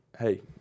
hey